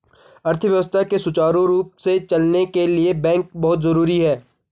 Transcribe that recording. अर्थव्यवस्था के सुचारु रूप से चलने के लिए बैंक बहुत जरुरी हैं